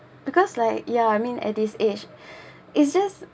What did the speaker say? because like ya I mean at this age it's just